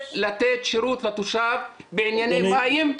לתת שירות לתושב בענייני מים.